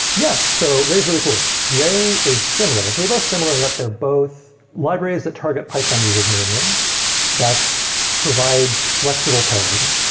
yeah. so ray is really cool. ray is similar. they're both similar that they're both libraries that target python users mainly that provide flexible parallelism.